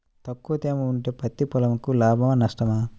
తక్కువ తేమ ఉంటే పత్తి పొలంకు లాభమా? నష్టమా?